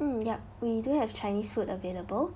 mm yup we do have chinese food available